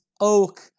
oak